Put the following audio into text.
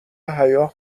حیا